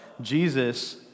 Jesus